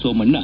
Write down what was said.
Somanna